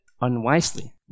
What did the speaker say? unwisely